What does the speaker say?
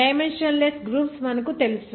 dimension less groups మనకు తెలుసు